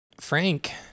Frank